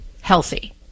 healthy